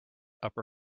upper